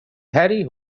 harry